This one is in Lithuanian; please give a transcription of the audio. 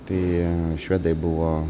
tai švedai buvo